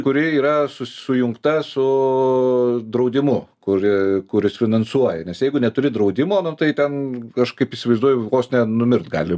kuri yra su sujungta su draudimu kuri kuris finansuoja nes jeigu neturi draudimo nu tai ten aš kaip įsivaizduoju vos ne numirt gali